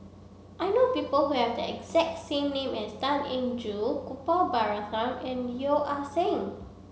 I know people who have the exact same name as Tan Eng Joo Gopal Baratham and Yeo Ah Seng